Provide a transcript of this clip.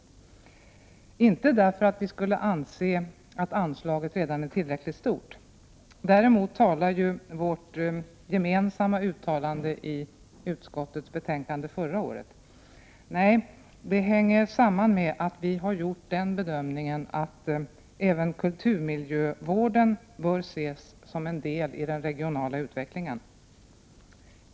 Det är inte därför att vi skulle anse att anslaget redan är tillräckligt stort — mot det talar ju vårt gemensamma uttalande i utskottets betänkande förra året. Nej, det hänger samman med att vi har gjort den bedömningen att även kulturmiljövården bör ses som en del i den regionala utvecklingen.